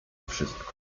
wszystko